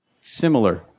similar